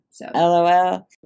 LOL